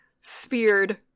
speared